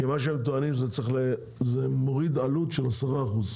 שזה מוריד את העלות ב-10%.